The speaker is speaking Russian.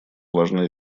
важное